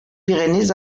pyrénées